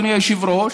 אדוני היושב-ראש,